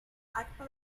acta